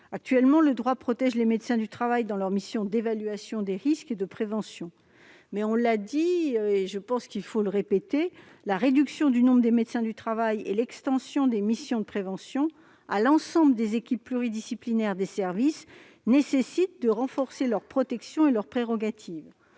Actuellement, le droit protège les médecins du travail dans leurs missions d'évaluation des risques et de prévention. Or, on l'a dit, mais il convient selon moi de le répéter, la réduction du nombre de médecins du travail et l'extension des missions de prévention à l'ensemble des équipes pluridisciplinaires des services de prévention nécessitent de renforcer leur protection et leurs prérogatives.